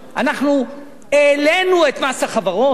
העלינו את מס החברות.